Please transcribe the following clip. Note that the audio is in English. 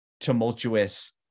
tumultuous